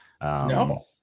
No